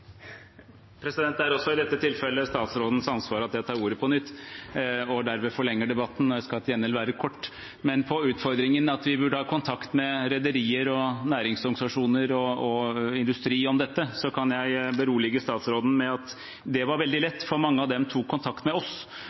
også i dette tilfellet statsrådens ansvar at jeg tar ordet på nytt og dermed forlenger debatten. Jeg skal til gjengjeld være kort. På utfordringen at vi burde ha kontakt med rederier, næringsorganisasjoner og industri om dette, kan jeg berolige statsråden med at det var veldig lett, for mange av dem tok kontakt med oss